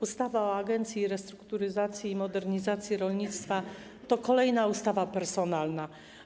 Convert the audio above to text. Ustawa o Agencji Restrukturyzacji i Modernizacji Rolnictwa to kolejna ustawa personalna.